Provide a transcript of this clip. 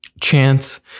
chance